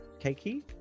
cakey